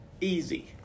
easy